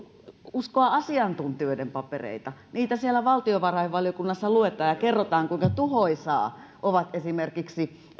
uskoa asiantuntijoiden papereita niitä siellä valtiovarainvaliokunnassa luetaan ja kerrotaan kuinka tuhoisia ovat esimerkiksi